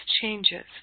changes